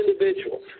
individuals